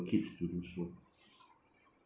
kids to do so